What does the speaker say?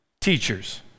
teachers